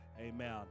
amen